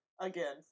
Again